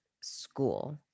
school